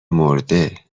مرده